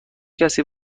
کسی